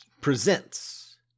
presents